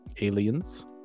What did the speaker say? aliens